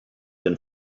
than